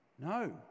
No